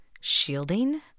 shielding